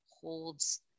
holds